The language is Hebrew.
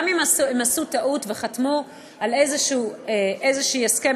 גם אם עשו טעות וחתמו על איזשהו הסכם